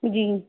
जी